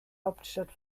hauptstadt